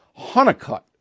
Hunnicutt